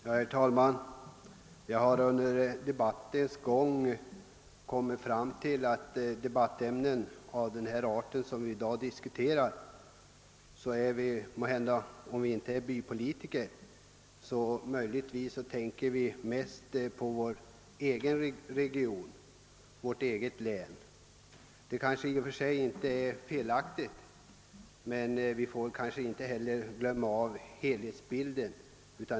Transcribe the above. Herr talman! Jag har under debattens gång dragit slutsatsen att vi, när det gäller debattämnen av denna art, måhända är om inte bypolitiker så åtminstone mest intresserade av vår egen region, vårt eget län. Det är kanske i och för sig inte felaktigt, men vi får inte glömma helhetsbilden.